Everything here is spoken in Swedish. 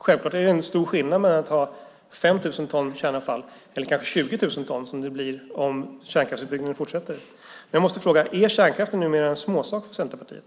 Självklart är det stor skillnad mellan att ha 5 000 ton kärnavfall och 20 000 ton, som det blir om kärnkraftsutbyggnaden fortsätter. Är kärnkraften numera en småsak för Centerpartiet?